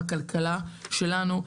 בכלכלה שלנו,